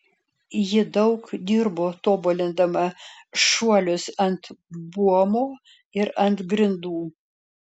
ji daug dirbo tobulindama šuolius ant buomo ir ant grindų